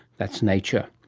that's nature.